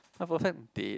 my perfect date